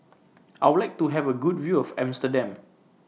I Would like to Have A Good View of Amsterdam